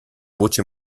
voce